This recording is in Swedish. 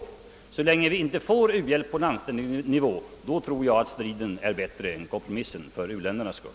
Så länge vi inte får en u-hjälp på anständig nivå är striden bättre än kompromissen — för u-ländernas skull.